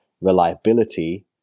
reliability